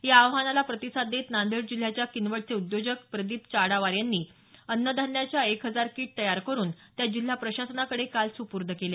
या आवाहनाला प्रतिसाद देत नांदेड जिल्ह्याच्या किनवटचे उद्योजक प्रदीप चाडावार यांनी अन्नधान्याच्या एक हजार किट तयार करून त्या जिल्हा प्रशासनाकडे काल सुपूर्द केल्या